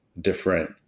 different